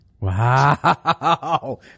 Wow